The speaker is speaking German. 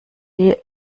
die